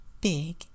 big